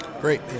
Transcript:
Great